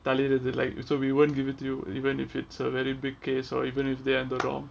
தலையிடுறது:thalayidrathu like so we won't give it to you even if it's a very big case or even if they are in the wrong